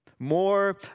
More